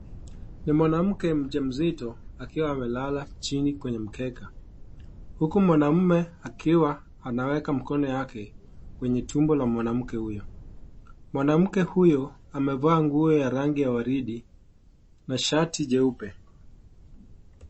Ni mwanamke mjamzito akiwa ameelala chini kwenye mkeka huku mwanaume akiwa anaweka mikono yake kwenye tumbo la mwanamke huyo mwanamke huyo amevaa nguo ya waridi na shati jeupe .